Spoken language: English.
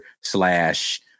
slash